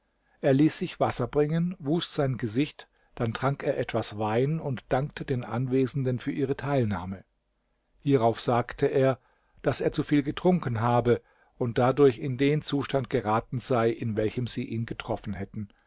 er ließ sich wasser bringen wusch sein gesicht dann trank er etwas wein und dankte den anwesenden für ihre teilnahme hierauf sagte er daß er zu viel getrunken habe und dadurch in den zustand geraten sei in welchem sie ihn getroffen hätten